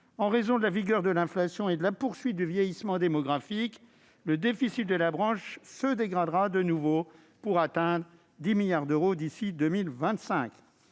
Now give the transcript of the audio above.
en raison de la vigueur de l'inflation et de la poursuite du vieillissement démographique, le déficit de la branche se dégraderait de nouveau, pour atteindre 10 milliards d'euros d'ici à 2025.